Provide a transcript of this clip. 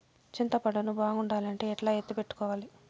చింతపండు ను బాగుండాలంటే ఎట్లా ఎత్తిపెట్టుకోవాలి?